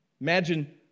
Imagine